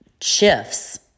shifts